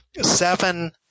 seven